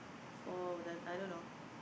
four wooden I don't know